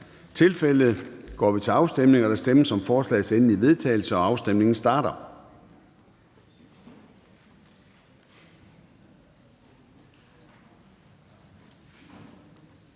Formanden (Søren Gade): Der stemmes om forslagets endelige vedtagelse, og afstemningen starter.